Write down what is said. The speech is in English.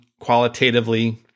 qualitatively